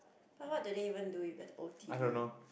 but what do they even do with the old t_v